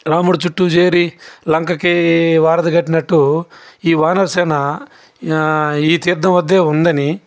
రాముడు చుట్టు చేరి లంకకి వారధి కట్టినట్టు ఈ వానర సేన ఈ తీర్ధం వద్ద ఉందని